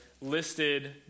listed